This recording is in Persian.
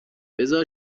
بذار